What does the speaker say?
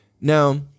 now